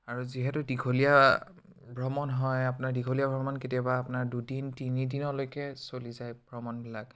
আৰু যিহেতু দীঘলীয়া ভ্ৰমণ হয় আপোনাৰ দীঘলীয়া ভ্ৰমণ কেতিয়াবা আপোনাৰ দুদিন তিনিদিনলৈকে চলি যায় ভ্ৰমণবিলাক